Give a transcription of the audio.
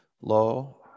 low